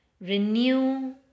renew